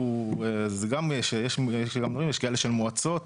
יש כאלה של מועצות